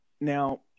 Now